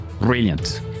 Brilliant